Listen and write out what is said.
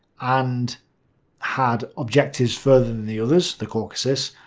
and had objectives further than the others, the caucasus.